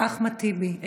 אחמד טיבי,